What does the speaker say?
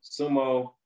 sumo